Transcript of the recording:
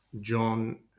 John